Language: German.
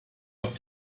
auf